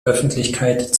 öffentlichkeit